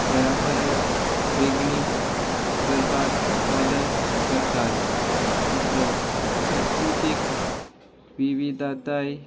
हेरा परस वेगळी करपाक मदत करतात तिसरो संस्कृतीक विविधाताय